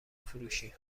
فروشی